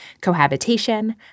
cohabitation